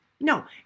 No